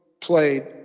Played